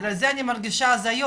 בגלל זה אני מרגישה הזיות,